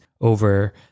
over